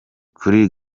kuri